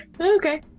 Okay